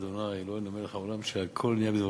אלוהינו מלך העולם שהכול נהיה בדברו.